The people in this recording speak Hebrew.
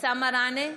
אבתיסאם מראענה,